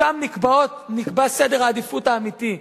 שם נקבע סדר העדיפויות האמיתי,